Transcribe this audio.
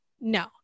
no